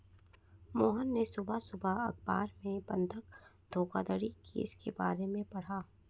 मोहन ने सुबह सुबह अखबार में बंधक धोखाधड़ी केस के बारे में पढ़ा